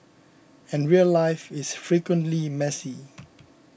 and real life is frequently messy